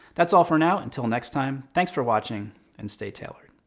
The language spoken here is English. that's all for now. until next time, thanks for watching and stay tailored.